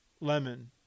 lemon